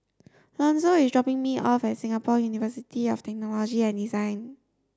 Lonzo is dropping me off at Singapore University of Technology and Design